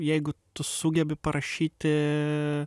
jeigu tu sugebi parašyti